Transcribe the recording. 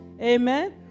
Amen